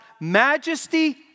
majesty